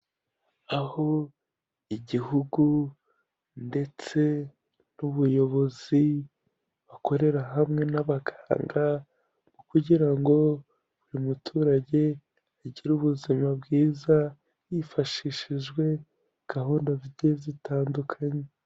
Iyo igihugu ndetse n'ubuyobozi bakorera hamwe n'abaganga kugira ngo buri muturage agire ubuzima bwiza, hifashishijwe gahunda zigiye zitandukanye.